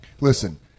Listen